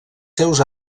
seus